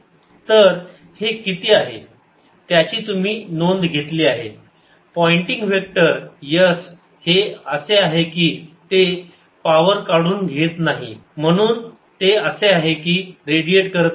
तर हे किती आहे त्याची तुम्ही नोंद घेतली आहे पॉइंटिंग व्हेक्टर s हे असे आहे की ते पावर काढून घेत नाही म्हणून असते रेडिएट करत नाही